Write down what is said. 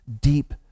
deep